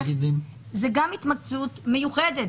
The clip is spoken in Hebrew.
זו גם התמקצעות מיוחדת,